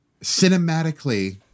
cinematically